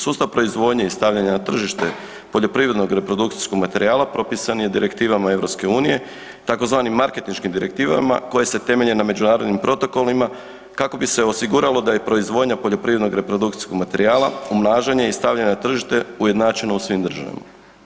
Sustav proizvodnje i stavljanja na tržište poljoprivrednog reprodukcijskog materijala, propisan je direktivama EU-a, tzv. marketinškim direktivama koje se temelje na međunarodnim protokolima kako bi se osiguralo da je proizvodnja poljoprivrednog reprodukcijskog materijala, umnažanje i stavljane na tržište ujednačeno u svim državama.